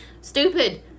stupid